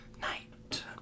Night